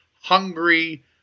hungry